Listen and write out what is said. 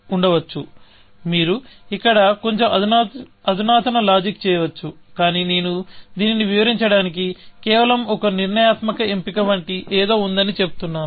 ఉండవచ్చు మీరు ఇక్కడ కొంచెం అధునాతన లాజిక్ చేయవచ్చు కానీ నేను దీనిని వివరించడానికి కేవలం ఒక నిర్ణయాత్మక ఎంపిక వంటి ఏదో ఉందని చెబుతున్నాను